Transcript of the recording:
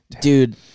Dude